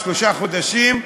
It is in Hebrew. שלושה חודשים,